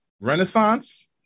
Renaissance